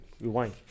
Rewind